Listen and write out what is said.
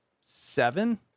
seven